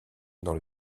dans